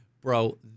bro